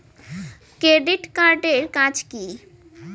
Credit card এর কাজ কি?